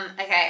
okay